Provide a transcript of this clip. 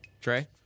Trey